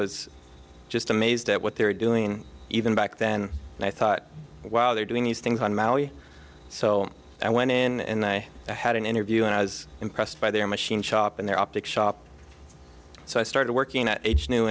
was just amazed at what they were doing even back then and i thought while they're doing these things on maui so i went in and i had an interview and i was impressed by their machine shop and their optics shop so i started working at h new